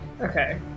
Okay